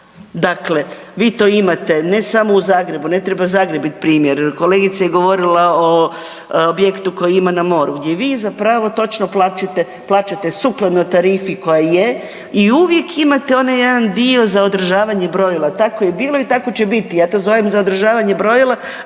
Dakle, vi to imate ne samo u Zagrebu ne treba Zagreb biti primjer, kolegica je gorila o objektu koji ima na moru, gdje vi zapravo točno plaćate sukladno tarifi koja je i uvijek imate onaj jedan dio za održavanje brojila, tako je bilo i tako će biti. Ja to zovem za održavanje brojila,